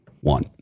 One